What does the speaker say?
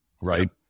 right